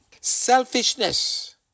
Selfishness